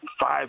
five